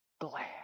glad